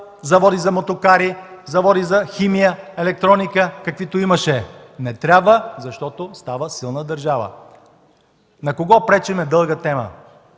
заводи за мотокари, заводи за химия, електроника, каквито имаше. Не трябва, защото става силна държава! На кого пречим е дълга тема!